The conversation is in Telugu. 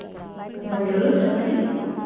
ఎవరు చెప్పండి